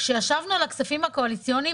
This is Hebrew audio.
כשישבנו על הכספים הקואליציוניים,